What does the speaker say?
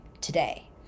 today